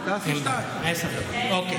עשר דקות, אוקיי.